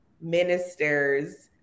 ministers